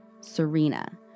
Serena